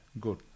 Good